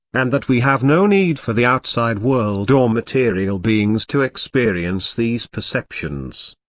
and that we have no need for the outside world or material beings to experience these perceptions.